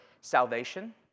salvation